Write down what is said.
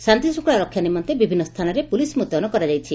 ଶାନ୍ତି ଶୂଙ୍ଖଳା ରକ୍ଷା ନିମନ୍ତେ ବିଭିନ୍ନ ସ୍ଥାନରେ ପୁଲିସ ମୁତୟନ କରାଯାଇଛି